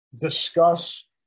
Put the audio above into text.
discuss